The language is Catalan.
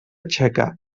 txeca